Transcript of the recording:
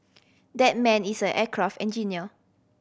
that man is an aircraft engineer